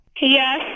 Yes